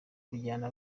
kujyana